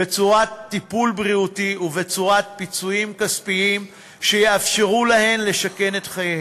בצורת טיפול בריאותי ובצורת פיצויים כספיים שיאפשרו להם לשקם את חייהם.